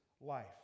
life